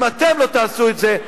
ואם אתם לא תעשו את זה,